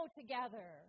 together